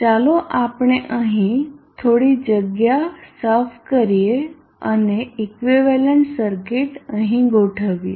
ચાલો આપણે અહીં થોડીક જગ્યા સાફ કરીએ અને ઇક્વિવેલન્ટ સર્કિટ અહીં ગોઠવીએ